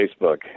Facebook